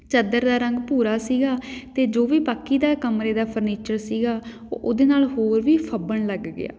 ਚਾਦਰ ਦਾ ਰੰਗ ਭੂਰਾ ਸੀਗਾ ਅਤੇ ਜੋ ਵੀ ਬਾਕੀ ਦਾ ਕਮਰੇ ਦਾ ਫਰਨੀਚਰ ਸੀਗਾ ਉਹ ਉਹਦੇ ਨਾਲ਼ ਹੋਰ ਵੀ ਫੱਬਣ ਲੱਗ ਗਿਆ